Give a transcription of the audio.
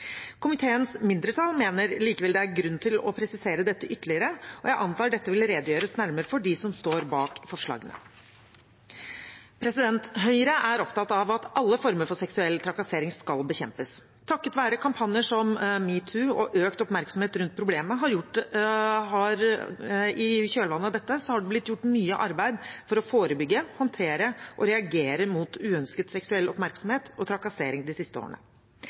Komiteens mindretall mener likevel det er grunn til å presisere dette ytterligere, og jeg antar dette vil redegjøres nærmere for fra dem som står bak forslagene. Høyre er opptatt av at alle former for seksuell trakassering skal bekjempes. Takket være kampanjer som metoo og økt oppmerksomhet rundt problemet i kjølvannet av dette har det blitt gjort mye arbeid for å forebygge, håndtere og reagere mot uønsket seksuell oppmerksomhet og trakassering de siste årene.